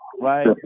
right